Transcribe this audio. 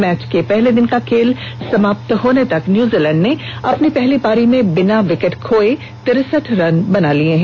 match के पहले दिन का खेल समाप्त होने तक न्यूजीलैंड ने अपनी पहली पारी में बिना विकेट खोये तिरसठ रन बना लिये हैं